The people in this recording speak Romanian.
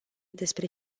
despre